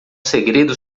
segredo